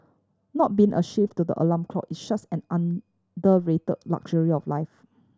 not being a slave to the alarm clock is such an underrate luxury of life